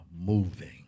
moving